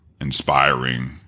inspiring